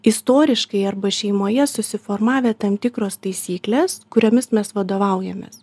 istoriškai arba šeimoje susiformavę tam tikros taisyklės kuriomis mes vadovaujamės